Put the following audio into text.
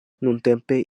nuntempe